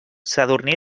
sadurní